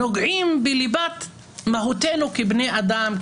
דברים שנוגעים בליבת מהותנו כבני אדם,